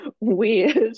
weird